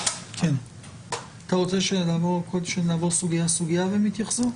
אתה רוצה שנעבור סוגיה סוגיה והם יתייחסו?